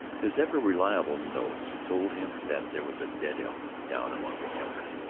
his ever-reliable nose told him that there was a dead elk down among the timber.